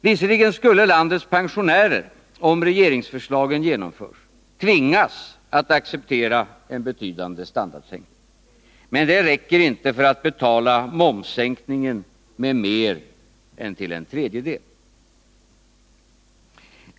Visserligen skulle landets pensionärer, om regeringsförslagen genomförs, tvingas acceptera en betydande standardsänkning. Men det räcker inte för att betala momssänkningen mer än till en tredjedel.